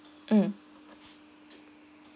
mm